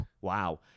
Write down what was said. wow